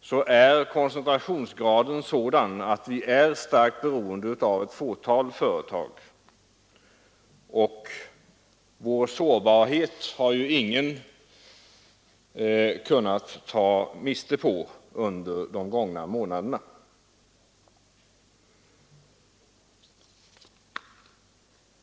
exempel — är koncentrationsgraden sådan att vi är starkt beroende av ett fåtal företag. Vår sårbarhet har ingen kunnat ta miste på under de gångna månaderna.